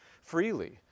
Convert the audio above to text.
freely